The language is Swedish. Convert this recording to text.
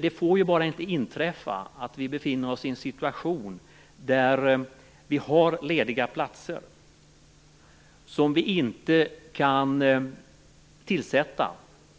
Det får bara inte inträffa att vi har lediga platser som vi inte kan tillsätta